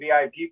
VIP